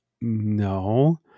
no